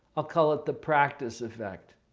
i'll call it the practice effect.